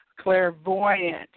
clairvoyant